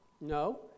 No